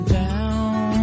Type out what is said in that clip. down